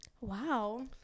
wow